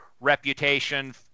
reputation